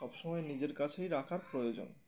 সব সময় নিজের কাছেই রাখার প্রয়োজন